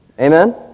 Amen